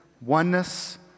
oneness